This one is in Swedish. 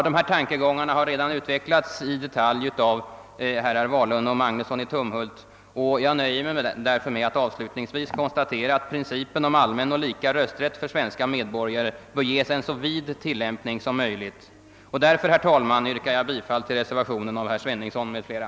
Dessa tankegångar har redan i detalj utvecklats av herrar Wahlund och Magnusson i Tumbhult, och jag inskränker mig till att avslutningsvis konstatera, att principen om allmän och lika rösträtt för svenska medborgare bör ges en så vid tillämpning som möjligt. Därför, herr talman, yrkar jag bifall till reservationen av herr Sveningsson m.fl.